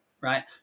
right